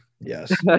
Yes